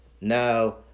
Now